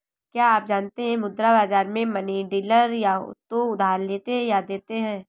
क्या आप जानते है मुद्रा बाज़ार में मनी डीलर या तो उधार लेते या देते है?